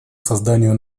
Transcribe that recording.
созданию